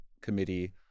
committee